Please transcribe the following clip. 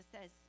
says